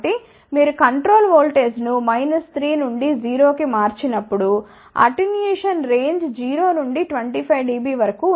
కాబట్టి మీరు కంట్రోల్ ఓల్టేజ్ను 3 నుండి 0 V కి మార్చి నప్పుడు అటెన్యుయేషన్ రేంజ్ 0 నుండి 25 dB వరకు ఉంటుంది